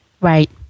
Right